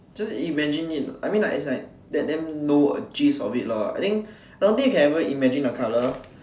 just imagine it I mean like its like let them know a gist of it lor I don't think you can ever imagine a colour